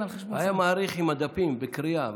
היה מאריך עם הדפים בקריאה.